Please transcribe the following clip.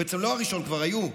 בעצם הוא לא הראשון, כבר היו.